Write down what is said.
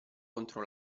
contro